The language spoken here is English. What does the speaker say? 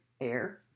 air